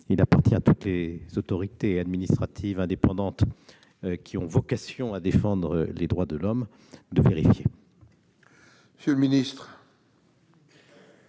naturellement à toutes les autorités administratives indépendantes qui ont vocation à défendre les droits de l'homme de le vérifier. Quel est